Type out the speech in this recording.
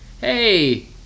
hey